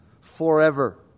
forever